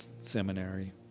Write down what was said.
seminary